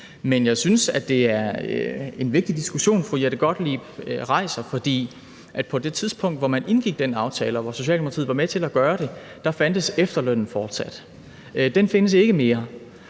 Men jeg synes, at det er en vigtig diskussion, fru Jette Gottlieb rejser. For på det tidspunkt, hvor man indgik den aftale, og hvor Socialdemokratiet var med til at gøre det, fandtes efterlønnen fortsat. Den findes ikke mere,